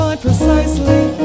Precisely